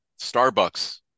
Starbucks